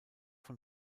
von